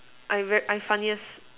I very I funniest